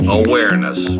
awareness